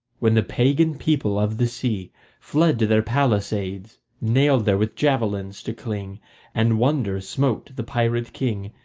when the pagan people of the sea fled to their palisades, nailed there with javelins to cling and wonder smote the pirate king,